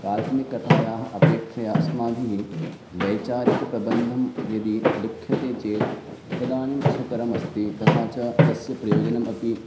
काल्पनिककथायाः अपेक्षया अस्माभिः वैचारिकप्रबन्धं यदि लिख्यते चेत् तदानीं सुकरम् अस्ति तथा च तस्य प्रयोजनम् अपि